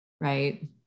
right